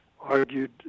argued